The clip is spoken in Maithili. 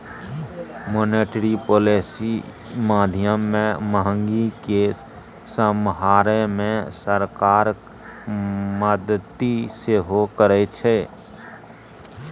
मॉनेटरी पॉलिसी माध्यमे महगी केँ समहारै मे सरकारक मदति सेहो करै छै